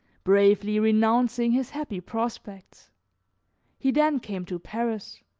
bravely renouncing his happy prospects he then came to paris.